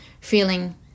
feeling